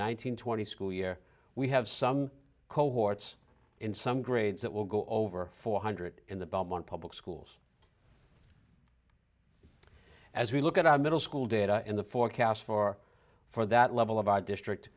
hundred twenty school year we have some cohorts in some grades that will go over four hundred in the belmont public schools as we look at our middle school data in the forecast for for that level of our district